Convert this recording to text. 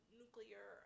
nuclear